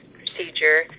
procedure